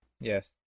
Yes